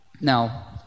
Now